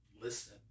listen